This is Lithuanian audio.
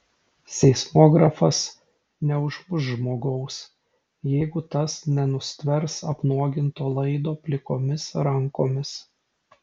seismografas neužmuš žmogaus jeigu tas nenustvers apnuoginto laido plikomis rankomis